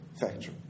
factor